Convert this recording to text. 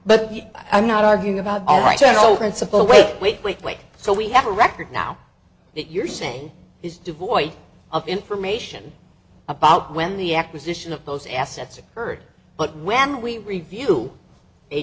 but i'm not arguing about all right general principle wait wait wait wait so we have a record now that you're saying is devoid of information about when the acquisition of those assets occurred but when we review a